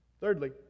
Thirdly